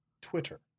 Twitter